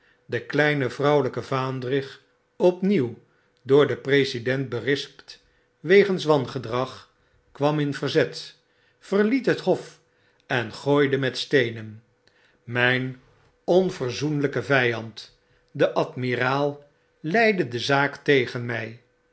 de kleine vrouwelyke vaandrig opnieuw door den president berispt wegens wangedrag k warn in verzet verliet het hof engooidemet steenen mjjn onverzoenlyke vyand de admiraal leidde de zaak tegen mij